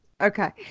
Okay